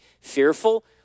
fearful